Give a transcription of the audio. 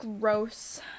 gross